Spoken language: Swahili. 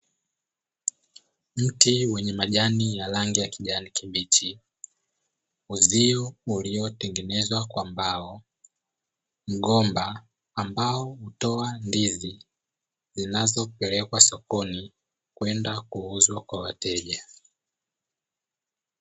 Mti wenye majani ya rangi ya kijani kibichi, uzio uliotengenezwa kwa mbao, mgomba ambao hutoa ndizi zinazopelekwa sokoni kwenda kuuzwa kwa wateja.